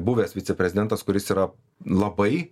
buvęs viceprezidentas kuris yra labai